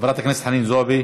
חברת הכנסת חנין זועבי,